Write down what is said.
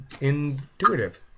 intuitive